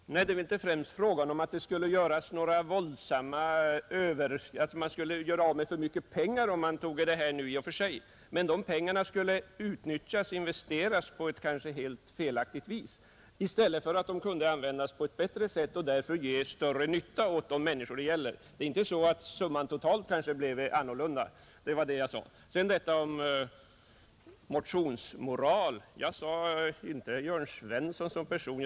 Herr talman! Det är inte främst fråga om att det skulle göras av med för mycket pengar om reservationen antogs, men pengarna skulle investeras på ett kanske helt felaktigt vis i stället för att kunna användas på ett bättre sätt och till större nytta för de människor det gäller. Det är alltså inte så att den totala summan skulle bli annorlunda. Det jag sade om motionsmoral sade jag inte om herr Jörn Svensson som person.